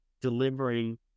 delivering